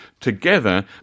together